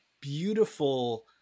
beautiful